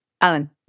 Alan